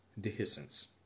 dehiscence